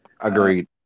Agreed